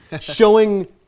showing